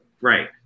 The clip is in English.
right